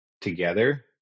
together